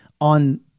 on